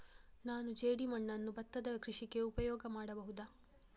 ನಾನು ಜೇಡಿಮಣ್ಣನ್ನು ಭತ್ತದ ಕೃಷಿಗೆ ಉಪಯೋಗ ಮಾಡಬಹುದಾ?